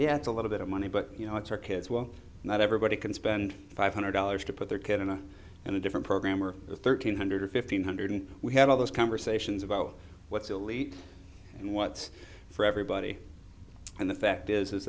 yeah it's a little bit of money but you know it's our kids well not everybody can spend five hundred dollars to put their kid in a in a different program or thirteen hundred fifteen hundred we have all those conversations about what's elite and what's for everybody and the fact is